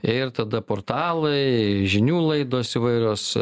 ir tada portalai žinių laidos įvairiuos